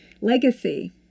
legacy